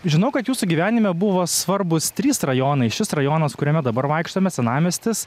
žinau kad jūsų gyvenime buvo svarbūs trys rajonai šis rajonas kuriame dabar vaikštome senamiestis